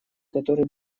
которые